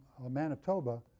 Manitoba